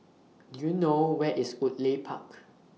Do YOU know Where IS Woodleigh Park